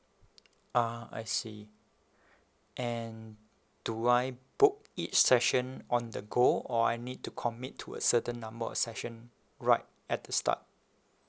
ah I see and do I book each session on the go or I need to commit to a certain number of session right at the start